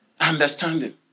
Understanding